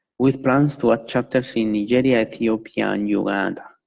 with plans to have chapters in nigeria, ethiopia, and uganda.